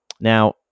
Now